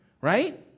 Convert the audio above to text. right